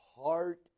heart